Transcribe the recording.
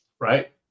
Right